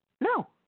No